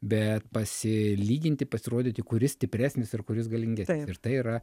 bet pasilyginti pasirodyti kuris stipresnis ir kuris galingesnis ir tai yra